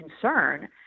concern